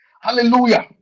Hallelujah